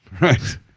Right